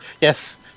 Yes